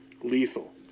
Lethal